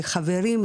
לחברים,